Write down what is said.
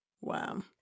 Wow